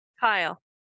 Kyle